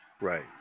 Right